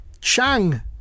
Chang